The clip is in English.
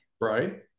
Right